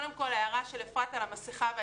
ההערה של אפרת אפללו על המסכה.